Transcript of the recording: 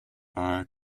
are